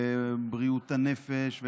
לבריאות הנפש,